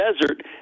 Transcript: desert